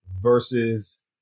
versus